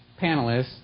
panelists